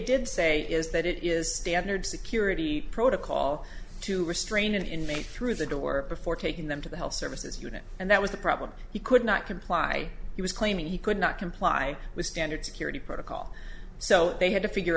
did say is that it is standard security protocol to restrain an inmate through the door before taking them to the health services unit and that was the problem he could not comply he was claiming he could not comply with standard security protocol so they had to figure